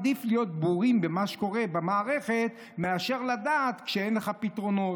עדיף להיות בורים במה שקורה במערכת מאשר לדעת כשאין לך פתרונות,